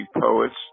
poets